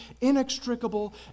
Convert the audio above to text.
inextricable